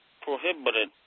prohibited